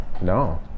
no